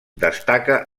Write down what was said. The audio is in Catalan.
destaca